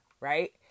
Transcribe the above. right